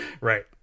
Right